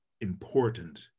important